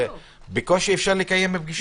בקושי אפשר לקיים פגישה-